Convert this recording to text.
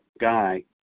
guy